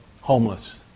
homeless